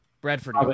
Bradford